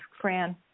Fran